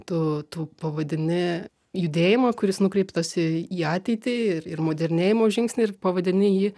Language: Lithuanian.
tu tu pavadini judėjimą kuris nukreiptas į į ateitį ir ir modernėjimo žingsnį ir pavadini jį